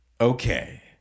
okay